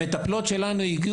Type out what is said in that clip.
המטפלות שלנו,